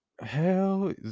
Hell